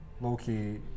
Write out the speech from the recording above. low-key